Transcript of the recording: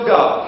God